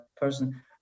person